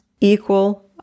equal